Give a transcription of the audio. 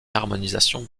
harmonisation